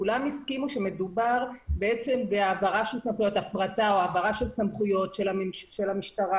כולם הסכימו שמדובר בהפרטה או העברה של סמכויות של המשטרה,